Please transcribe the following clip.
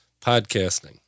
podcasting